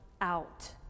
out